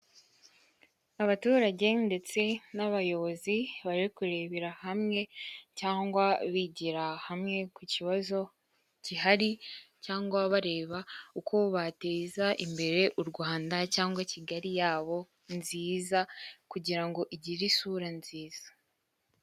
Abaturage ndetse n'abayobozi bari kurebera hamwe cyangwa bigira hamwe ku kibazo gihari, cyangwa bareba uko bateza imbere u Rwanda cyangwa Kigali yabo nziza kugira ngo igire isura nziza.